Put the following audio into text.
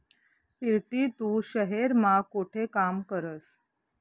पिरती तू शहेर मा कोठे काम करस?